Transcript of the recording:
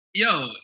Yo